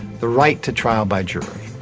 the right to trial by jury,